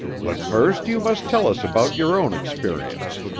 but first you must tell us about your own experience.